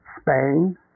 Spain